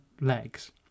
legs